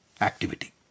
activity